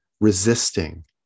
resisting